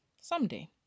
someday